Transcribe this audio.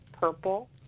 Purple